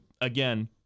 again